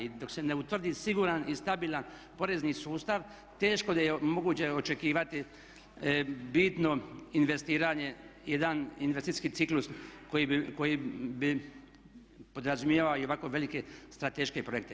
I dok se ne utvrdi siguran i stabilan sustav teško da je moguće očekivati bitno investiranje, jedan investicijski ciklus koji bi podrazumijevao i ovako velike strateške projekte.